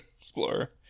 explorer